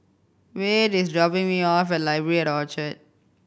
Wade is dropping me off at Library at Orchard